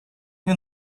you